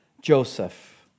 Joseph